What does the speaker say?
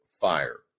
fire